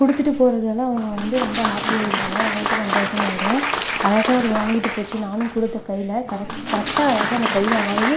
கொடுத்துட்டு போகிறதால வந்து ரொம்ப ஹேப்பியாயிடுவாங்க அவர்களுக்கு சந்தோஷமாகிடும் அழகாக அது வாங்கிட்டு போச்சு நானும் கொடுத்தேன் கையில் கரெக் கரெக்ட்டாக அழகாக அந்த கையில் வாங்கி